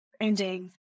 ending